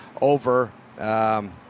over –